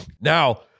now